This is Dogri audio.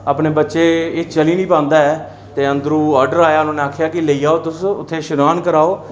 अपने बच्चे एह् चली निं पांदा ऐ ते अंदरूं आर्डर आया उनें आखेआ कि लेई आओ तुस उत्थै शनान कराओ